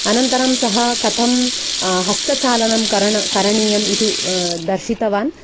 अनन्तरं सः कथं हस्तचालनं करण करणीयम् इति उ दर्शितवान्